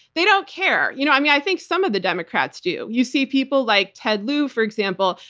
they don't care. you know um yeah i think some of the democrats do. you see people like ted lieu, for example,